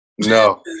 No